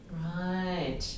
Right